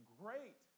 great